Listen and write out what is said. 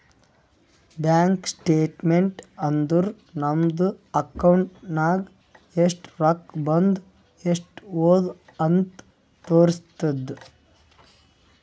bank statement ಅಂದುರ್ ನಮ್ದು account ನಾಗ್ ಎಸ್ಟ್ ರೊಕ್ಕಾ ಬಂದು ಎಸ್ಟ್ ಹೋದು ಅಂತ್ ತೋರುಸ್ತುದ್